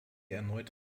erneut